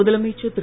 முதலமைச்சர் திரு